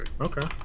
okay